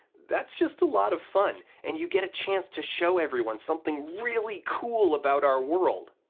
that's just a lot of fun, and you get a chance to show everyone something really cool about our world.